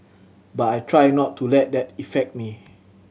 but I try not to let that effect me